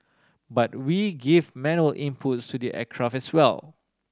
but we give manual inputs to the aircraft as well